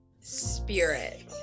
spirit